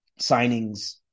signings